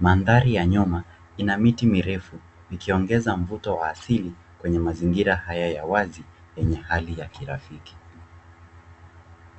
Mandhari ya nyuma ina miti mirefu ikiongeza mvuto wa asili kwenye mazingira haya ya wazi yenye hali ya kirafiki.